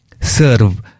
serve